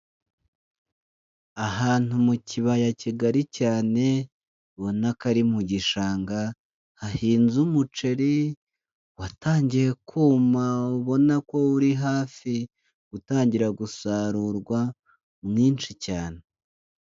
Ahantu mu kibaya kigari cyane ubona ko ari mu gishanga, hahinze umuceri watangiye kuma ubona ko uri hafi gutangira gusarurwa mwinshi cyane.